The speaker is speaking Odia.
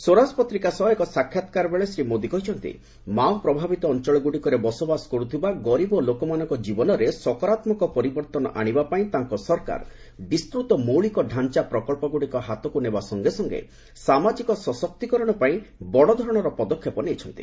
ସ୍ୱରାଜ ପତ୍ରିକା ସହ ଏକ ସାକ୍ଷାତକାର ବେଳେ ଶ୍ରୀ ମୋଦି କହିଛନ୍ତି ମାଓ ପ୍ରଭାବିତ ଅଞ୍ଚଳଗୁଡ଼ିକରେ ବସବାସ କରୁଥିବା ଗରିବ ଲୋକମାନଙ୍କ ଜୀବନରେ ସକାରାତ୍ମକ ପରିବର୍ତ୍ତନ ଆଣିବା ପାଇଁ ତାଙ୍କ ସରକାର ବିସ୍ତୁତ ମୌଳିକ ଡ଼ାଞ୍ଚା ପ୍ରକଳ୍ପଗୁଡ଼ିକ ହାତକୁ ନେବା ସଙ୍ଗେସଙ୍ଗେ ସାମାଜିକ ସଶକ୍ତିକରଣ ପାଇଁ ବଡ଼ଧରଣର ପଦକ୍ଷେପ ନେଇଛି